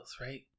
right